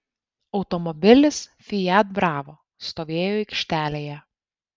automobilis fiat bravo stovėjo aikštelėje